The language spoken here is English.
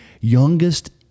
youngest